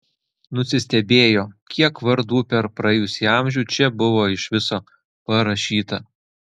nusistebėjo kiek vardų per praėjusį amžių čia buvo iš viso parašyta